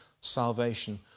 salvation